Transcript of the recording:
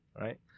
Right